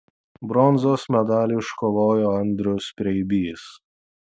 bronzos medalį iškovojo andrius preibys